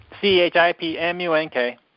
C-H-I-P-M-U-N-K